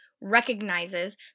Recognizes